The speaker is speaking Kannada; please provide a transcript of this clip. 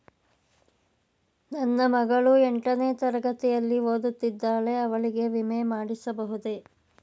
ನನ್ನ ಮಗಳು ಎಂಟನೇ ತರಗತಿಯಲ್ಲಿ ಓದುತ್ತಿದ್ದಾಳೆ ಅವಳಿಗೆ ವಿಮೆ ಮಾಡಿಸಬಹುದೇ?